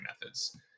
methods